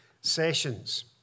sessions